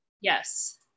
Yes